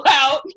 out